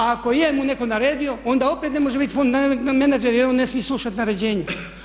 A ako je mu netko naredio onda opet ne može biti fond menadžer jer on ne smije slušati naređenja.